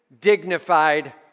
dignified